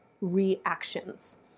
reactions